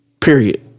period